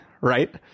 right